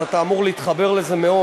אז אתה אמור להתחבר לזה מאוד.